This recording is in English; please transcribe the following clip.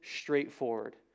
straightforward